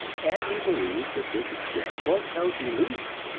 and he believes that this experience was no delusion,